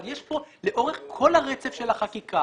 אבל יש כאן לאורך כל הרצף של החקיקה.